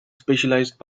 specialized